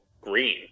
green